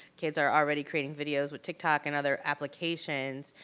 kids are already creating videos with tiktok and other applications,